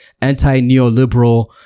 anti-neoliberal